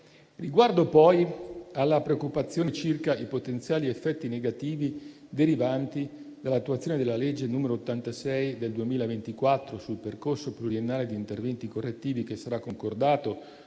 Riguardo poi alla preoccupazione circa i potenziali effetti negativi derivanti dall'attuazione della legge n. 86 del 2024 sul percorso pluriennale di interventi correttivi che sarà concordato